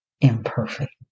imperfect